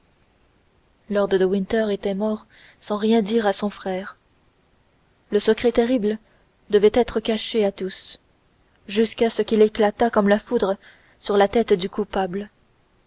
felton lord de winter était mort sans rien dire à son frère le secret terrible devait être caché à tous jusqu'à ce qu'il éclatât comme la foudre sur la tête du coupable